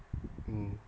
mm